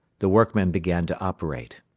the workmen began to operate.